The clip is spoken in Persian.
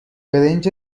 برنج